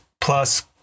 plus